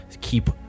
keep